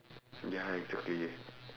ya exactly